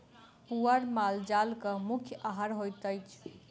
पुआर माल जालक मुख्य आहार होइत अछि